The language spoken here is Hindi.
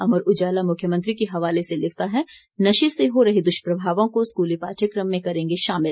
अमर उजाला मुख्यमंत्री के हवाले से लिखता है नशे से हो रहे दुष्प्रभावों को स्कूली पाठ्यक्रम में करेंगे शामिल